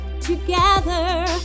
together